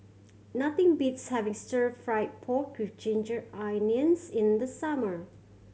nothing beats having Stir Fried Pork With Ginger Onions in the summer